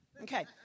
Okay